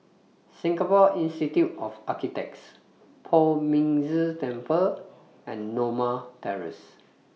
Singapore Institute of Architects Poh Ming Tse Temple and Norma Terrace